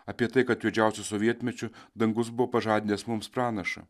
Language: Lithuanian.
apie tai kad juodžiausiu sovietmečiu dangus buvo pažadinęs mums pranašą